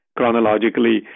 chronologically